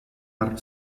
are